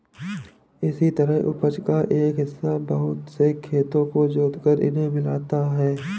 इसी तरह उपज का एक हिस्सा बहुत से खेतों को जोतकर इन्हें मिलता है